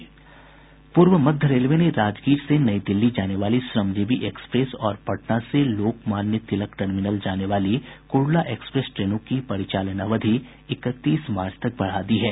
पूर्व मध्य रेलवे ने राजगीर से नई दिल्ली जाने वाली श्रमजीवी एक्सप्रेस और पटना से लोकमान्य तिलक टर्मिनल जाने वाली कुर्ला एक्सप्रेस ट्रेनों की परिचालन अवधि इकतीस मार्च तक बढ़ा दी है